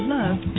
love